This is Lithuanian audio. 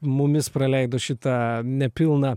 mumis praleido šitą nepilną